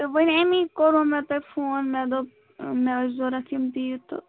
تہٕ وٕنہِ اَمی کوٚرُو مےٚ تۄہہِ فون مےٚ دوٚپ مےٚ ٲسۍ ضوٚرَتھ یِم تیٖر تہٕ